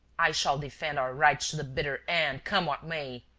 i shall defend our rights to the bitter end, come what may!